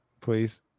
Please